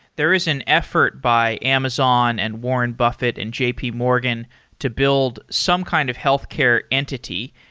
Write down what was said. there is an effort by amazon and warren buffett and j p. morgan to build some kind of healthcare entity,